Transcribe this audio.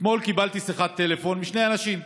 אתמול קיבלתי שיחת טלפון משני אנשים,